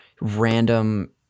random